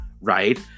right